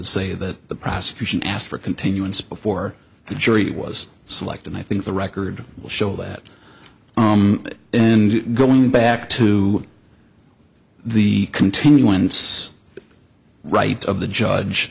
say that the prosecution asked for continuance before the jury was selected i think the record will show that in going back to the continuance right of the judge